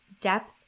depth